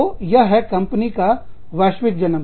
तो यह है कंपनी का वैश्विक जन्म